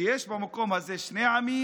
שיש במקום הזה שני עמים,